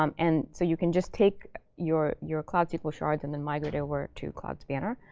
um and so you can just take your your cloud sql shards, and then migrate over to cloud spanner,